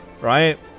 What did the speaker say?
right